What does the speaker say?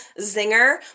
zinger